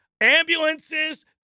Ambulances